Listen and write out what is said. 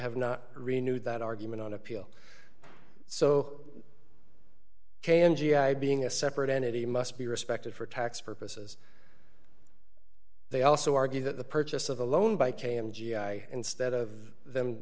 have not renewed that argument on appeal so can g i being a separate entity must be respected for tax purposes they also argue that the purchase of the loan by came g i instead of them